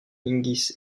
hingis